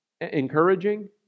Encouraging